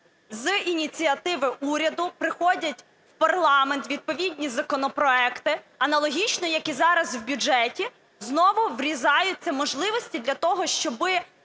З ініціативи уряду приходять в парламент відповідні законопроекти, аналогічно, як і зараз в бюджеті, знову врізаються можливості для того, щоби